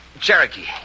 Cherokee